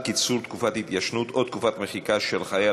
קיצור תקופת התיישנות או תקופת מחיקה של חייל),